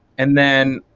and then